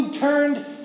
turned